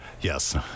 Yes